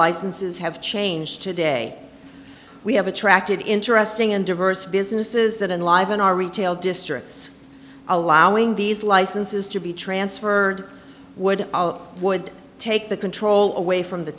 licenses have changed today we have attracted interesting and diverse businesses that enliven our retail districts allowing these licenses to be transferred would would take the control away from the